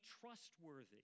trustworthy